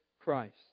Christ